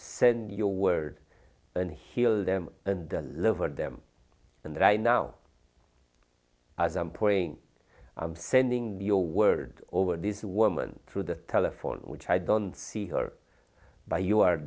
send your word and heal them and live or them and i now as i'm praying i'm sending your word over this woman through the telephone which i don't see her by you are